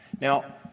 Now